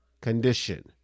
condition